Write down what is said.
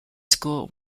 school